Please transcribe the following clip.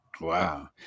Wow